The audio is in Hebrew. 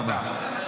תודה רבה.